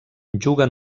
juga